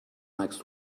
next